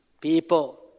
People